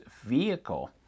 vehicle